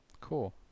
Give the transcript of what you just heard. cool